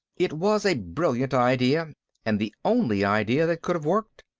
it was a brilliant idea and the only idea that could have worked.